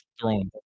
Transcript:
throwing